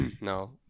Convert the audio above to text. No